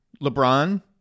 LeBron